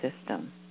system